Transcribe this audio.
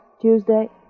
Tuesday